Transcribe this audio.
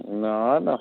না না